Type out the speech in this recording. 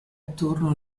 attorno